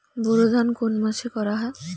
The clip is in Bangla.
বোরো ধান কোন মাসে করা হয়?